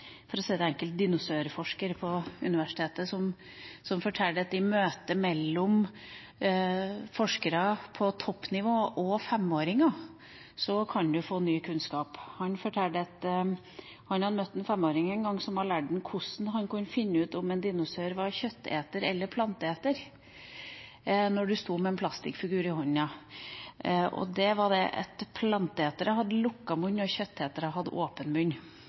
for å si det enkelt, dinosaurforsker på universitetet. Han forteller at i møte mellom forskere på toppnivå og femåringer kan du få ny kunnskap. Han hadde møtt en femåring en gang som hadde lært ham hvordan han kunne finne ut om en dinosaur var kjøtteter eller planteeter når han sto med en plastikkfigur i hånda. Svaret var at planteetere hadde lukket munn, og kjøttetere hadde åpen munn.